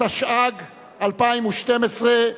התשע"ג 2012,